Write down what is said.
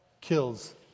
kills